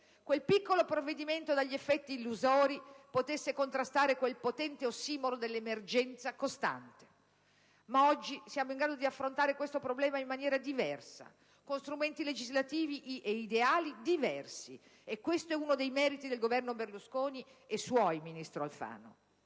quel piccolo provvedimento dagli effetti illusori, potesse contrastare quel potente ossimoro dell'emergenza costante. Ma oggi siamo in grado di affrontare questo problema in maniera diversa, con strumenti legislativi e ideali diversi. E questo è uno dei meriti del Governo Berlusconi e suoi, ministro Alfano.